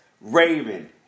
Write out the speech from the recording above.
Raven